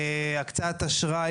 הקצאת אשראי.